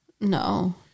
No